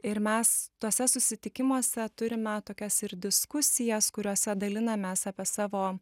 ir mes tuose susitikimuose turime tokias ir diskusijas kuriose dalinamės apie savo